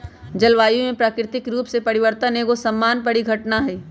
जलवायु में प्राकृतिक रूप से परिवर्तन एगो सामान्य परिघटना हइ